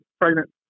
pregnant